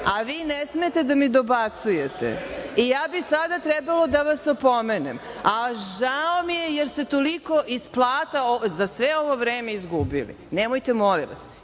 a vi ne smete da mi dobacujete. Sada bih ja trebalo da vas opomenem, a žao mi je jer ste toliko iz plata za svo ovo vreme izgubili. Nemojte, molim vas.